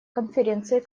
конференции